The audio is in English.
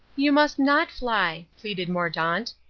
you must not fly, pleaded mordaunt.